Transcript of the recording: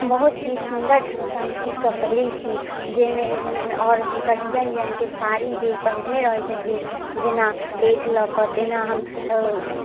बहुत ही सुन्दर ढङ्गसँ हम सी कऽ पहिरैत छी जाहिमे हुनकर डिजाइन डिजाइनके साड़ी जे ओ पहिरने रहैत छथिन जेना प्लेट लऽ कऽ तेना